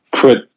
Put